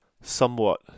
somewhat